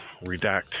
redact